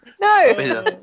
no